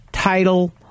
Title